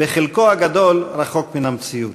בחלקו הגדול רחוק מהמציאות.